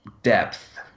Depth